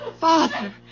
Father